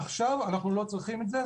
עכשיו אנחנו לא צריכים את זה,